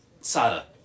Sada